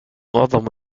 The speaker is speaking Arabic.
معظم